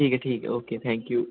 ठीक ऐ ठीक ऐ ओके थैंक यू